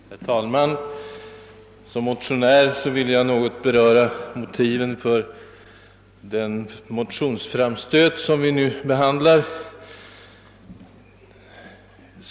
Herr talman! Som motionär vill jag något beröra motiven för den motionsframstöt som vi nu behandlar.